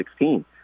2016